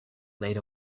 laid